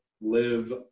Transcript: live